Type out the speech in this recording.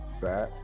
Fat